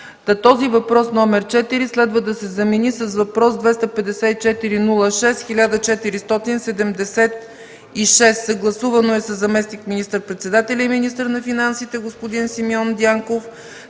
Този въпрос № 4 следва да се замени с въпрос № 254-06-1476. Съгласувано е със заместник министър-председателя и министър на финансите господин Симеон Дянков.